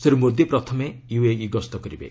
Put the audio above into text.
ଶ୍ରୀ ମୋଦି ପ୍ରଥମେ ୟୁଏଇ ଗସ୍ତ କରିବେ